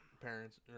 Parents